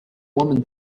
woman